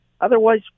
otherwise